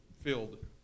filled